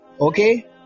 Okay